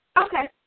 Okay